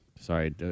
Sorry